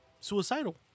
Suicidal